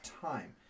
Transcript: time